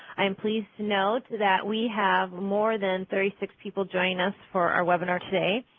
i am pleased to note that we have more than thirty six people joining us for our webinar today.